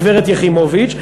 הגברת יחימוביץ,